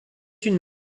une